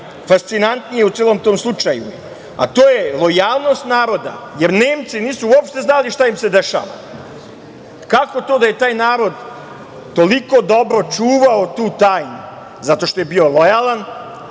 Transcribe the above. najfascinantnije u celom tom slučaju? To je lojalnost naroda, jer Nemci nisu uopšte znali šta im se dešava. Kako to da je taj narod toliko dobro čuvao tu tajnu? Zato što je bio lojalan,